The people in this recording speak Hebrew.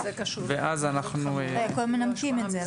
ואז --- קודם כול מנמקים את זה,